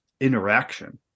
interaction